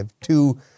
two